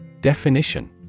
Definition